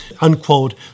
unquote